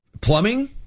Plumbing